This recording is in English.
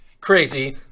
crazy